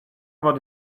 about